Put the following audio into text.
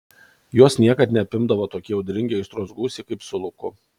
jos niekad neapimdavo tokie audringi aistros gūsiai kaip su luku